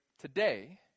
Today